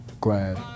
glad